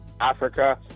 Africa